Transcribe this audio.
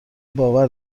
باور